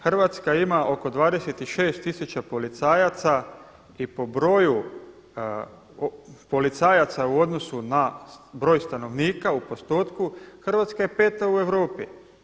Hrvatska ima oko 26000 policajaca i po broju policajaca u odnosu na broj stanovnika u postotku Hrvatska je peta u Europi.